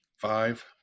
Five